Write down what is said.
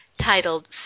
Titled